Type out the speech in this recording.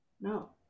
no